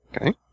Okay